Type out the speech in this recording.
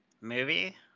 Movie